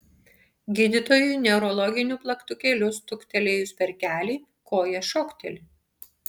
gydytojui neurologiniu plaktukėliu stuktelėjus per kelį koja šokteli